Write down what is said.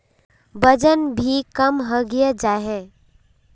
वजन भी कम है गहिये जाय है?